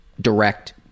direct